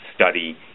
study